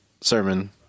sermon